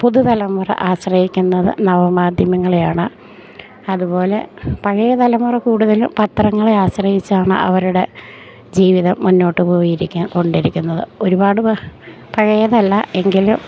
പുതുതലമുറ ആശ്രയിക്കുന്നത് നവമാധ്യമങ്ങളെയാണ് അതുപോലെ പഴയ തലമുറ കൂടുതലും പത്രങ്ങളെ ആശ്രയിച്ചാണ് അവരുടെ ജീവിതം മുന്നോട്ട് പോയിരിക്കാൻ കൊണ്ടിരിക്കുന്നത് ഒരുപാട് പഴയതല്ല എങ്കിലും